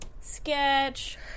sketch